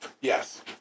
yes